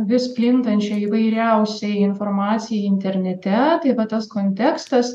vis plintančiai įvairiausiai informacijai internete tai vat tas kontekstas